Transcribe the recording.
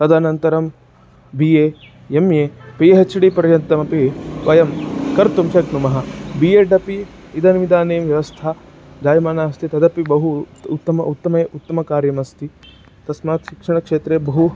तदनन्तरं B A M A P H D पर्यन्तमपि वयं कर्तुं शक्नुमः बी एड् अपि इदमिदानीं व्यास्था जायमाना अस्ति तदपि बहु उत्तमा उत्तमम् उत्तमं कार्यमस्ति तस्मात् शिक्षणक्षेत्रे बहु